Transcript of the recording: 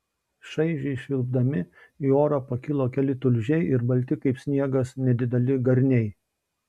šaižiai švilpdami į orą pakilo keli tulžiai ir balti kaip sniegas nedideli garniai